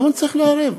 למה אני צריך לערב?